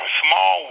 small